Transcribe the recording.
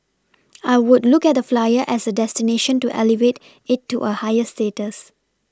I would look at the Flyer as a destination to elevate it to a higher status